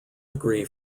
degree